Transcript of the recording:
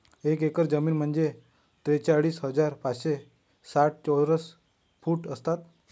एक एकर जमीन म्हणजे त्रेचाळीस हजार पाचशे साठ चौरस फूट असतात